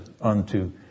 unto